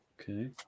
Okay